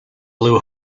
blew